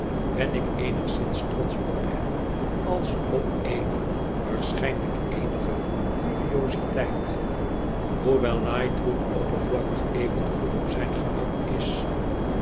ben ik eenigszins trotsch op hem als op eene waarschijnlijk eenige curiositeit hoewel lightwood oppervlakkig evengoed op zijn gemak is